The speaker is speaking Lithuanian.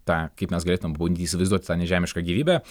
tą kaip mes galėtumėm pabandyt įsivaizduot tą nežemišką gyvybę